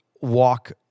walk